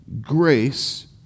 grace